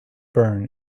burn